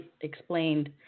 explained